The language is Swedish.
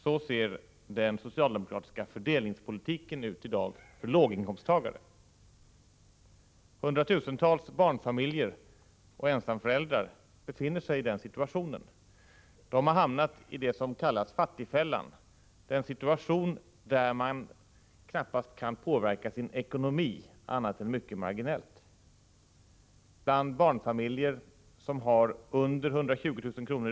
Så ser den socialdemokratiska fördelningspolitiken ut i dag för låginkomsttagare. Hundratusentals barnfamiljer och ensamföräldrar befinner sig i dag i den situationen. De har hamnat i det som kallas fattigfällan — en situation där man knappast kan påverka sin ekonomi annat än mycket marginellt. Bland barnfamiljer som har under 120 000 kr.